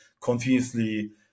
continuously